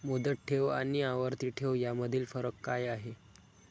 मुदत ठेव आणि आवर्ती ठेव यामधील फरक काय आहे?